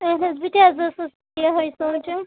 اَہَن حظ بہٕ تہِ حظ ٲسٕس یِہَے سونٛچان